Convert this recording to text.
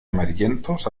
amarillentos